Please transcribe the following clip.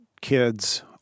kids